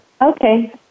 Okay